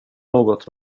något